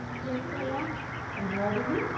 jeseya and how old are you?